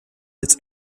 its